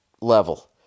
level